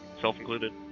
self-included